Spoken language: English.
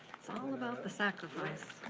it's all about the sacrifice.